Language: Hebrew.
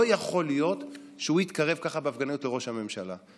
לא יכול להיות שהוא יתקרב ככה בהפגנתיות לראש הממשלה,